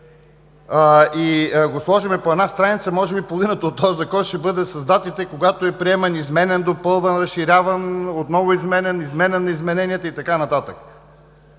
и го сложим на една страница, може би половината от този Закон ще бъде с датите, когато е приеман, изменян, допълван, разширяван, отново изменян, изменени измененията и така нататък.